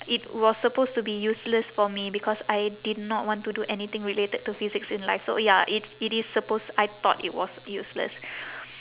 it was supposed to be useless for me because I did not want to do anything related to physics in life so ya it's it is supposed I thought it was useless